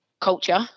culture